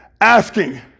asking